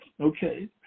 okay